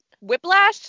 Whiplash